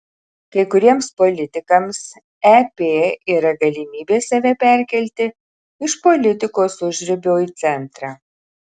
kai kuriems politikams ep yra galimybė save perkelti iš politikos užribio į centrą